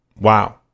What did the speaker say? Wow